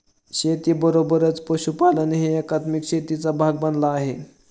शेतीबरोबरच पशुपालनही एकात्मिक शेतीचा भाग बनला आहे